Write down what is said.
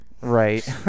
Right